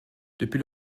depuis